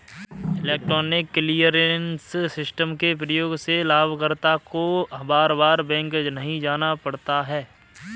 electronic clearance system के प्रयोग से लाभकर्ता को बार बार बैंक नहीं जाना पड़ता है